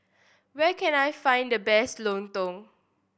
where can I find the best lontong